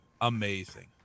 amazing